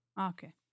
Okay